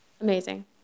amazing